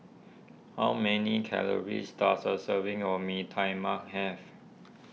how many calories does a serving of Mee Tai Mak have